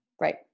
right